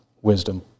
wisdom